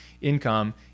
income